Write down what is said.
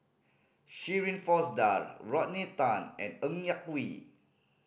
Shirin Fozdar Rodney Tan and Ng Yak Whee